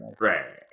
right